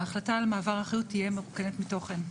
ההחלטה על מעבר האחריות תהיה מרוקנת מתוכן.